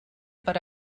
per